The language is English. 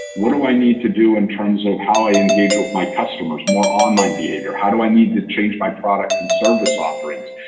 what do i need to do in terms of how i engage with my customers more online behavior, how do i need to change my product and service offerings?